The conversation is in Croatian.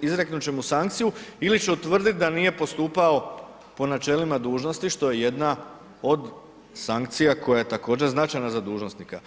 izreknut će mu sankciju ili će utvrdit da nije postupao po načelima dužnosti što je jedna od sankcija koja je također značajna za dužnosnika.